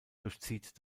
durchzieht